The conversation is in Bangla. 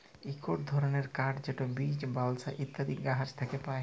ইকট ধরলের কাঠ যেট বীচ, বালসা ইত্যাদি গাহাচ থ্যাকে পায়